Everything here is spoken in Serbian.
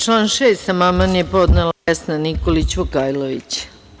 Na član 6. amandman je podnela Vesna Nikolić Vukajlović.